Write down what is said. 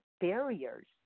barriers